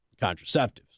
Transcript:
contraceptives